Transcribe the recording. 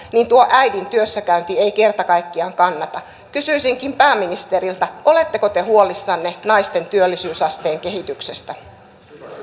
äidin työssäkäynti ei kerta kaikkiaan kannata kysyisinkin pääministeriltä oletteko te huolissanne naisten työllisyysasteen kehityksestä